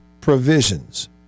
provisions